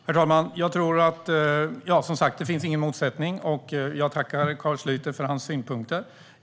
Herr talman! Det finns som sagt ingen motsättning, och jag tackar Carl Schlyter för hans synpunkter.